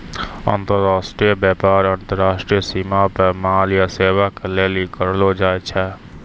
अन्तर्राष्ट्रिय व्यापार अन्तर्राष्ट्रिय सीमा पे माल या सेबा के लेली करलो जाय छै